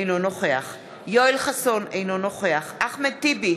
אינו נוכח יואל חסון, אינו נוכח אחמד טיבי,